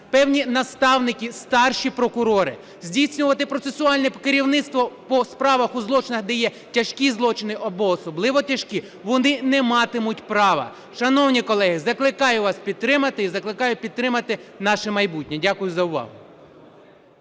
певні наставники, старші прокурори. Здійснювати процесуальне керівництво по справах у злочинах, де є тяжкі злочини або особливо тяжкі, вони не матимуть права. Шановні колеги, закликаю вас підтримати і закликаю підтримати наше майбутнє. Дякую за увагу.